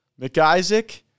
McIsaac